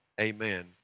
amen